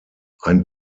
ein